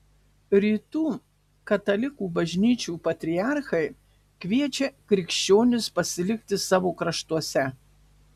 rytų katalikų bažnyčių patriarchai kviečia krikščionis pasilikti savo kraštuose